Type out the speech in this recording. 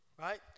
right